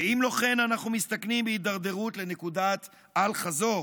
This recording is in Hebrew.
שאם לא כן אנחנו מסתכנים בהידרדרות לנקודת אל-חזור.